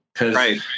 right